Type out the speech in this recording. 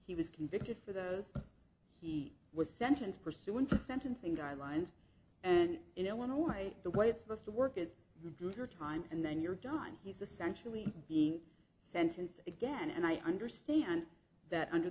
he was convicted for those he was sentenced pursuant to sentencing guidelines and in illinois the way it's supposed to work is to do their time and then you're done he's essentially being sentenced again and i understand that under